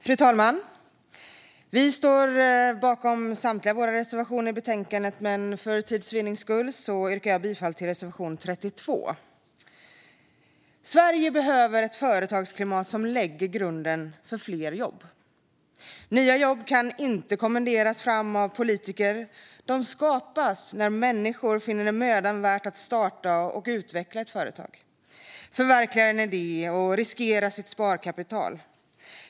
Fru talman! Vi står bakom samtliga våra reservationer i betänkandet, men för tids vinning vill jag yrka bifall endast till reservation 32. Sverige behöver ett företagsklimat som lägger grunden för fler jobb. Nya jobb kan inte kommenderas fram av politiker. De skapas när människor finner det mödan värt att starta och utveckla ett företag, förverkliga en idé och riskera sitt sparkapital.